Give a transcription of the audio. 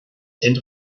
cents